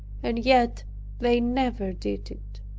and yet they never did it.